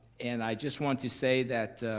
and i just want to say that